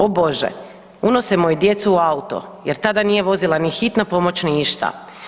O Bože unose moju djecu u auto jer tada nije vozila ni hitna pomoć ni ništa.